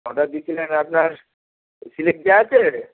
order দিয়েছিলেন আপনার slip দেওয়া আছে